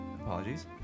apologies